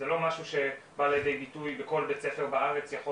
זה לא משהו שבא לידי ביטוי וכל בית ספר בארץ יכול